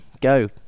go